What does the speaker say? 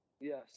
Yes